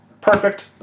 Perfect